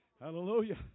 Hallelujah